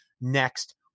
next